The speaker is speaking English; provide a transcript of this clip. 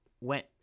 went